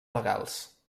legals